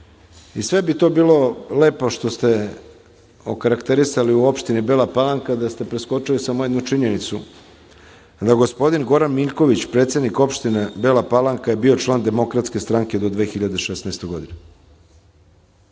bi to bilo lepo što ste okarakterisali u opštini Bela Palanka da ste preskočili samo jednu činjenicu, da gospodin Goran Miljković, predsednik opštine Bela Palanka je bio član DS do 2016. godine. Ta